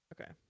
okay